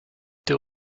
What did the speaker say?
der